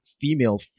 female